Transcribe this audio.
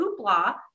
hoopla